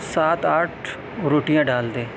سات آٹھ روٹیاں ڈال دیں